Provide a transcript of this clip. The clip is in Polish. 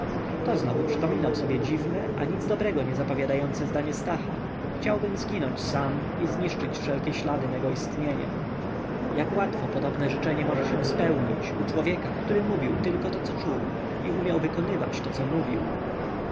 to znowu przypominał sobie dziwne a nic dobrego nie zapowiadające zdania stacha chciałbym zginąć sam i zniszczyć wszelkie ślady mego istnienia jak łatwo podobne życzenie może się spełnić u człowieka który mówił tylko to co czuł i umiał wykonywać to co mówił